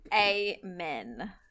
Amen